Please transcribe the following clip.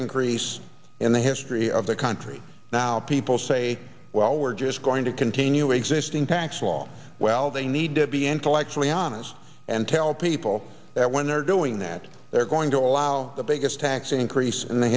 increase in the history of the country now people say well we're just going to continue existing tax law well they need to be intellectually honest and tell people that when they're doing that they're going to allow the biggest tax increase in the